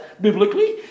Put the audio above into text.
biblically